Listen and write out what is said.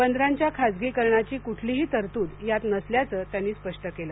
बंदरांच्या खासगीकरणाची कुठलीही तरतूद यात नसल्याचं त्यांनी स्पष्ट केलं